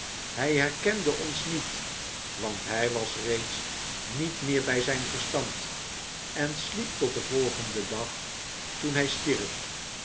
hij herkende ons niet want hij was reeds niet meer bij zijn verstand en sliep tot den volgenden dag toen hij stierf